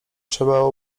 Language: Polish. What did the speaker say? trzeba